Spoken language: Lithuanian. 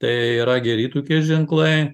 tai yra geri tokie ženklai